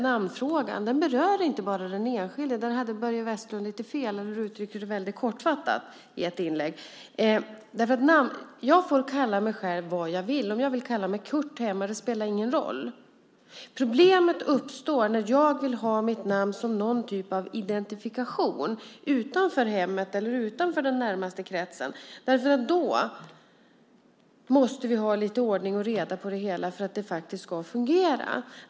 Namnfrågan berör inte bara den enskilde. Där har Börje Vestlund fel eller uttrycker det hela väldigt kortfattat. Jag får kalla mig själv vad jag vill. Om jag vill kalla mig Kurt hemma spelar ingen roll. Problemet uppstår när jag vill ha mitt namn som någon typ av identifikation utanför hemmet eller den närmaste kretsen. Då måste vi ha lite ordning och reda på det hela för att det ska fungera.